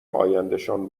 آیندهشان